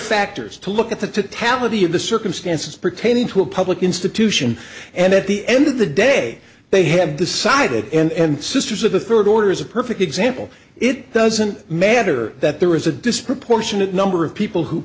factors to look at the tally the of the circumstances pertaining to a public institution and at the end of the day they have decided and sisters of the third order is a perfect example it doesn't matter that there is a disproportionate number of people who